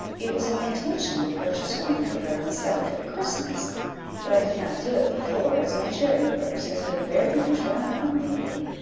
it was my intention to purchase one for her myself at christmas but i could not do it before, as my charity-purse has been very much run upon lately.